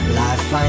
life